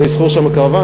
לשכור שם קרוון.